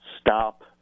stop